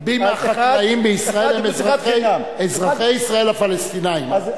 רבים מהחקלאים בישראל הם אזרחי ישראל הפלסטינים,